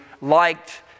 liked